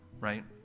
Right